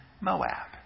Moab